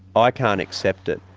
ah i can't accept it.